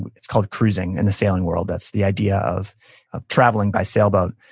it's called cruising in the sailing world. that's the idea of of travelling by sailboat.